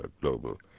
global